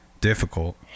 difficult